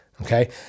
okay